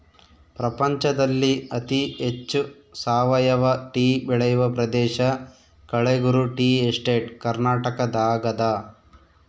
ಪ್ರಪಂಚದಲ್ಲಿ ಅತಿ ಹೆಚ್ಚು ಸಾವಯವ ಟೀ ಬೆಳೆಯುವ ಪ್ರದೇಶ ಕಳೆಗುರು ಟೀ ಎಸ್ಟೇಟ್ ಕರ್ನಾಟಕದಾಗದ